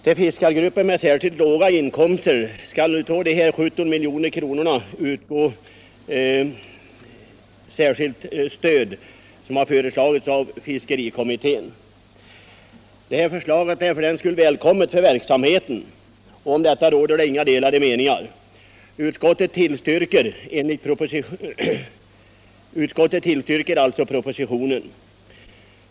Till fiskargrupper med särskilt låga inkomster skall av detta 7 milj.kr. gå till särskilda stödåtgärder som har föreslagits av fiskerikommittén. Det förslaget är välkommet för verksamheten — om detta råder ej delade meningar. Utskottet tillstyrker alltså propositionen.